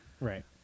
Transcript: right